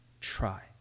try